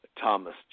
Thomas